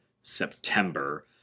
September